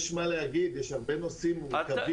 יש מה להגיד, יש הרבה נושאים מורכבים.